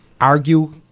argue